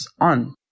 on